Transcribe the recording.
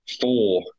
four